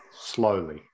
Slowly